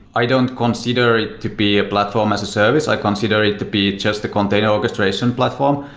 i don't consider it to be a platform as a service. i consider it to be just the container orchestration platform.